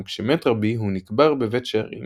אולם כשמת רבי הוא נקבר בבית שערים